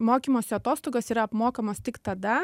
mokymosi atostogos yra apmokamos tik tada